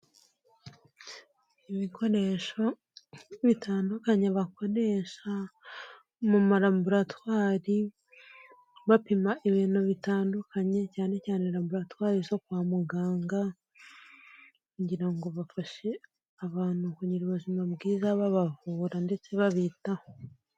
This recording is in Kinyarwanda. Ibikoresho bitandukanye bakoresha, mu ma raboratwari, bapima ibintu bitandukanye, cyane cyane raboratwari zo kwa muganga, ngira ngo bafashe abantu kugira ubuzima bwiza babavura ndetse babitaho.